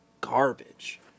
garbage